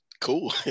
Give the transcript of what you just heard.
cool